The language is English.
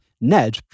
Ned